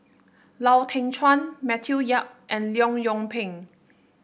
Lau Teng Chuan Matthew Yap and Leong Yoon Pin